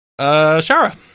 Shara